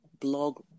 blog